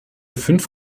fünf